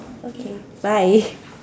okay bye